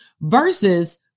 Versus